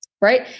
right